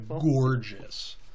gorgeous